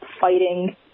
fighting